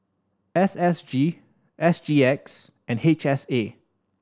S S G S G X and H S A